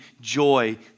joy